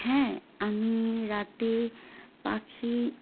হ্যাঁ আমি রাতে পাখি